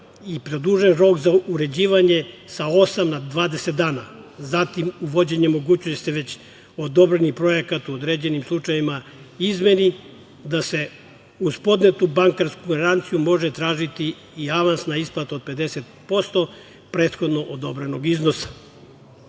i produžen rok za uređivanje sa osam na 20 dana, zatim uvođenje mogućnosti već odobrenih projekata u određenim slučajevima izmeni, da se uz podnetu bankarsku garanciju može tražiti i avansna isplata od 50% prethodno odobrenog iznosa. Ono